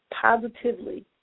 positively